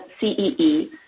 CEE